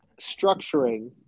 structuring